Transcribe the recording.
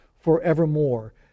forevermore